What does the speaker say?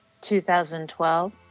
2012